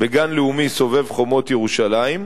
בגן לאומי סובב חומות ירושלים,